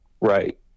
Right